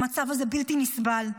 המצב הזה בלתי נסבל.